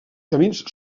camins